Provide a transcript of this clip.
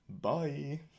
bye